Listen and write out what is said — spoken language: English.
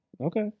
Okay